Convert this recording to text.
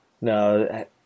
no